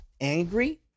angry